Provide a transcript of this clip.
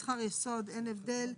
שכר יסוד אין הבדל,